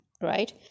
Right